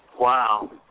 Wow